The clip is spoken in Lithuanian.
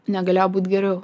negalėjo būt geriau